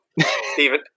Stephen